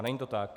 Není to tak.